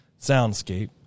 Soundscape